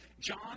John